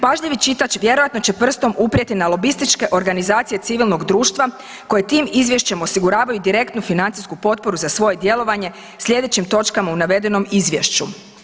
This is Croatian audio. Pažljivi čitač vjerojatno će prstom uprijeti na lobističke organizacije civilnog društva koje tim izvješćem osiguravaju direktnu financijsku potporu za svoje djelovanje slijedećim točkama u navedenom izvješću.